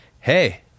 hey